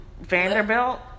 Vanderbilt